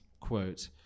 quote